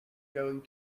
going